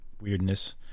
weirdness